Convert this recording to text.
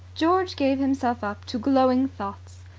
george gave himself up to glowing thoughts.